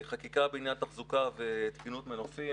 חקיקה בעניין תחזוקה ותקינות מנופים.